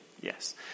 yes